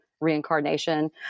reincarnation